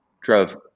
drove